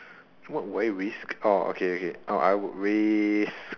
what would I risk orh okay okay orh I would risk